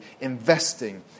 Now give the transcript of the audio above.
investing